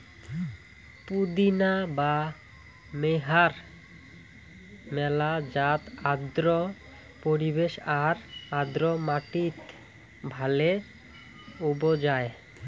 পুদিনা বা মেন্থার মেলা জাত আর্দ্র পরিবেশ আর আর্দ্র মাটিত ভালে উবজায়